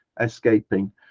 escaping